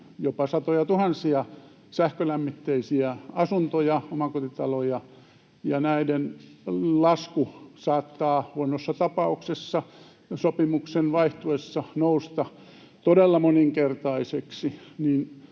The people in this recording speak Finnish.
jopa satojatuhansia sähkölämmitteisiä asuntoja, omakotitaloja ja näiden lasku saattaa huonossa tapauksessa sopimuksen vaihtuessa nousta todella moninkertaiseksi,